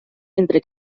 entre